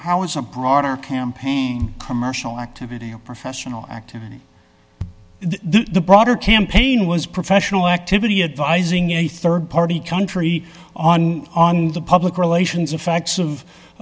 how it's a broader campaign commercial activity a professional actor the broader campaign was professional activity advising a rd party country on on the public relations of facts of